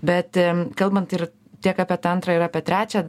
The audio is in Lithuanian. bet kalbant ir tiek apie tą antrą ir apie trečią